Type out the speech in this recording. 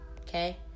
Okay